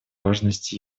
важность